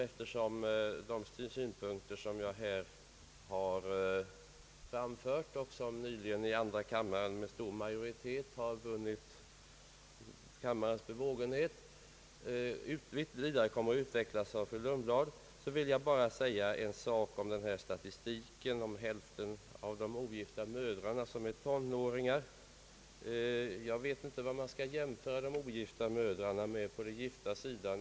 Eftersom de synpunkter som jag här framfört med stor majoritet bifallits av andra kammaren och här kommer att utvecklas av fru Lundblad, vill jag använda denna korta repliktid till att säga något om den statistik som visar att hälften av de ogifta mödrarna är tonåringar. Jag vet inte vad man skall jämföra de ogifta mödrarna med på den gifta sidan.